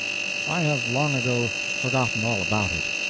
i have long ago forgotten all about it.